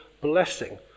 blessing